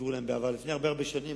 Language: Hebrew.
והכירו בהם בעבר, לפני הרבה הרבה שנים.